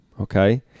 okay